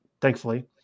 thankfully